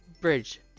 bridge